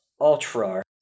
ultra